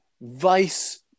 vice